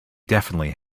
definitely